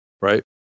right